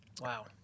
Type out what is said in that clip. Wow